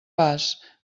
pas